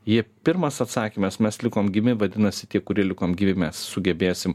jie pirmas atsakymas mes likom gymi vadinasi tie kurie likom gyvi mes sugebėsim